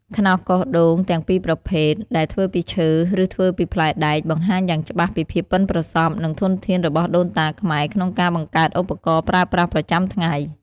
ខ្នោសកោសដូងទាំងពីរប្រភេទ ដែលធ្វើពីឈើ ឬធ្វើពីផ្លែដែក បង្ហាញយ៉ាងច្បាស់ពីភាពប៉ិនប្រសប់ និងធនធានរបស់ដូនតាខ្មែរក្នុងការបង្កើតឧបករណ៍ប្រើប្រាស់ប្រចាំថ្ងៃ។